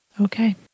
Okay